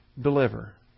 deliver